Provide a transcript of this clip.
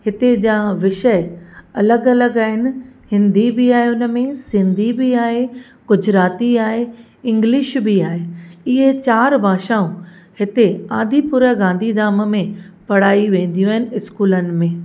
हिते जा विषय अलॻि अलॻि आहिनि हिंदी बि आहे उनमें सिंधी बि आहे गुजराती आहे इंग्लिश बि आहे इहे चारि भाषाऊं हिते आदिपुर गांधी धाम में पढ़ाई वेंदियूं आहिनि स्कूलनि में